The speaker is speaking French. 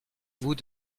vous